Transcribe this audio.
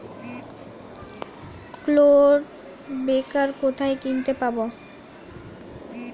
Clod breaker কোথায় কিনতে পাব?